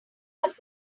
what